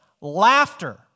laughter